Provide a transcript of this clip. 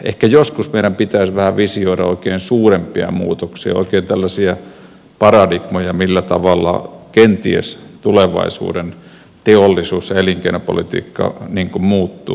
ehkä joskus meidän pitäisi vähän visioida oikein suurempia muutoksia oikein tällaisia paradigmoja millä tavalla kenties tulevaisuuden teollisuus ja elinkeinopolitiikka muuttuu